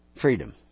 freedom